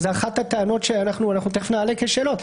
וזאת אחת הטענות שמיד נעלה כשאלה.